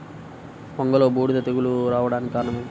వంగలో బూడిద తెగులు రావడానికి కారణం ఏమిటి?